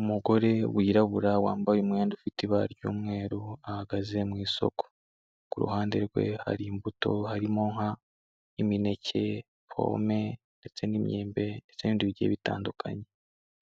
Umugore wirabura wambaye umwenda ufite ibara ry'umweru ahagaze mu isoko, ku ruhande rwe hari imbuto harimo nka imineke, pome ndetse n'imyembe ndetse n'indi bigiye bitandukanye.